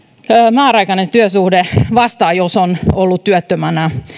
määräaikainen työsuhde vastaan jos on ollut työttömänä